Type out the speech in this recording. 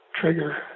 trigger